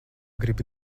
gribi